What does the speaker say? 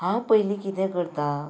हांव पयली कितें करतां